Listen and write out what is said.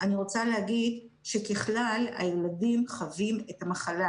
אני רוצה להגיד שכלל הילדים חווים את המחלה